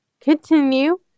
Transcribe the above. Continue